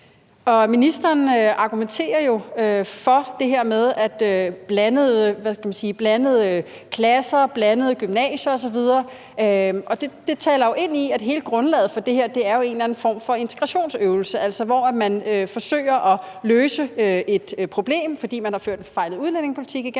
Ministeren argumenterer for det her med blandede klasser og blandede gymnasier osv., og det taler jo ind i, at hele grundlaget for det her er en eller anden form for integrationsøvelse. Altså, man forsøger at løse et problem – fordi man har ført en forfejlet udlændingepolitik igennem